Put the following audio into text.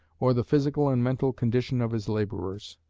or the physical and mental condition of his labourers.